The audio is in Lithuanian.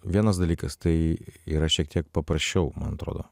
vienas dalykas tai yra šiek tiek paprasčiau man atrodo